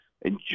enjoy